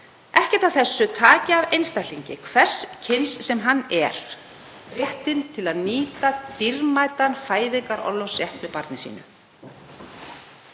ekkert af þessu, taki af einstaklingi, hvers kyns sem hann er, réttinn til að nýta dýrmætan fæðingarorlofstíma með barni sínu.